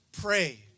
pray